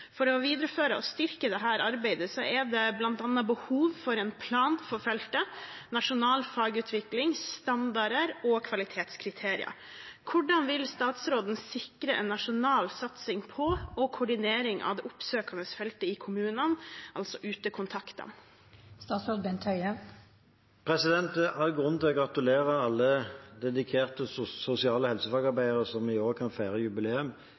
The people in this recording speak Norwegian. For å videreføre og styrke dette arbeidet er det blant annet behov for en plan for feltet, nasjonal fagutvikling, standarder og kvalitetskriterier. Hvordan vil statsråden sikre en nasjonal satsing på og koordinering av det oppsøkende feltet i kommunene Det er all grunn til å gratulere alle dedikerte sosial- og helsefagarbeidere som i år kan feire jubileum,